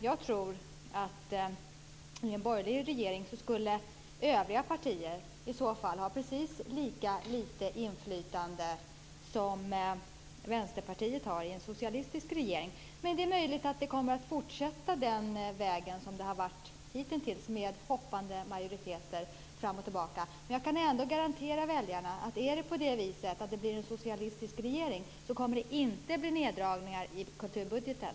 Jag tror att i en borgerlig regering skulle övriga partier i så fall ha precis lika mycket inflytande som Vänsterpartiet har i en socialistisk regering. Det är möjligt att man kommer att fortsätta på samma väg som hittills med hoppande majoriteter. Jag kan ändå garantera väljarna att om det blir en socialistisk regering så kommer det inte att bli neddragningar i kulturbudgeten.